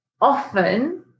often